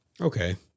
Okay